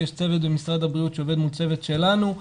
יש צוות במשרד הבריאות שעובד מול צוות שלנו.